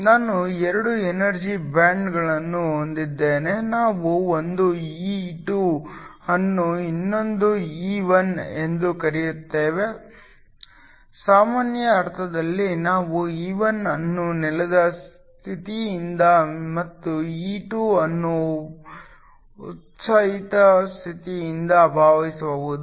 ನಾನು 2 ಎನರ್ಜಿ ಬ್ಯಾಂಡ್ಗಳನ್ನು ಹೊಂದಿದ್ದೇನೆ ನಾವು ಒಂದು E2 ಅನ್ನು ಇನ್ನೊಂದು E1 ಎಂದು ಕರೆಯುತ್ತೇವೆ ಸಾಮಾನ್ಯ ಅರ್ಥದಲ್ಲಿ ನಾವು E1 ಅನ್ನು ನೆಲದ ಸ್ಥಿತಿಯಂತೆ ಮತ್ತು E2 ಅನ್ನು ಉತ್ಸಾಹಿತ ಸ್ಥಿತಿಯೆಂದು ಭಾವಿಸಬಹುದು